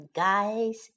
guys